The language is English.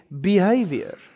behavior